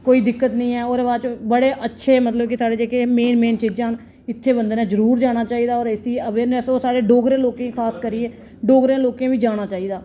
कोई दिक्कत निं ऐ ओह्दे बाद च बड़े अच्छे मतलब कि साढ़े जेह्के मेन मेन चीज़ां न इत्थें बंदे नै जरूर जाना चाहिदा ते होर इसी अवेयरनेस होर साढ़े डोगरे लोकें गी खास करियै साढ़े डोगरे लोकें बी जाना चाहिदा